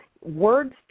Words